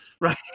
right